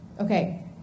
Okay